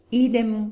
idem